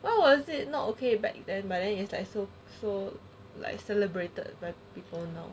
why was it not okay back then but then it's like so so like celebrated by people now